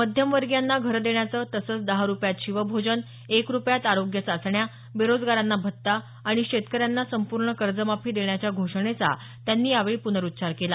मध्यमवर्गियांना घरं देण्याचं तसंच दहा रूपयात शिवभोजन एक रूपयात आरोग्य चाचण्या बेरोजगारांन भत्ता आणि शेतकऱ्यांना संपूर्ण कर्जमाफी देण्याच्या घोषणेचा त्यांनी यावेळी प्नरूच्चार केला